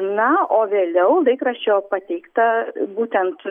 na o vėliau laikraščio pateikta būtent